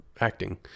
acting